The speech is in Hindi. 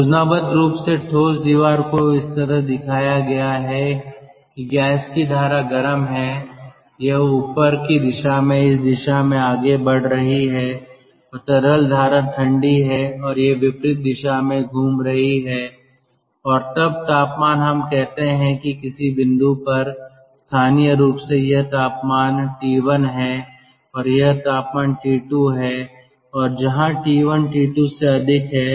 योजनाबद्ध रूप से ठोस दीवार को इस तरह दिखाया गया हैकि गैस की धारा गर्म है यह ऊपर की दिशा में इस दिशा में आगे बढ़ रही है और तरल धारा ठंडी है और यह विपरीत दिशा में घूम रही है और तब तापमान हम कहते हैं कि किसी बिंदु पर स्थानीय रूप से यह तापमान T1 है और यह तापमान T2 है और जहाँ T1 T2 से अधिक है